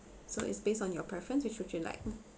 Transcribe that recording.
so is based on your preference which would you like mm